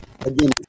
Again